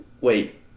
Wait